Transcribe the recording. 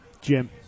Jim